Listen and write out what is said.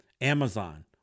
Amazon